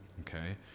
okay